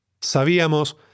sabíamos